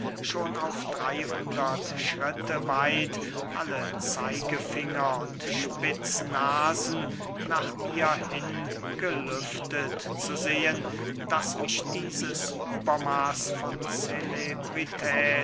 schon auf dreyhundert schritte weit alle zeigefinger und spitznasen nach mir hingelüftet zu sehen daß mich dieses übermaß von celebrität